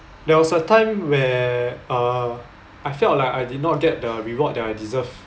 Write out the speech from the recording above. there was a time where uh I felt like I did not get the reward that I deserve